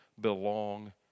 belong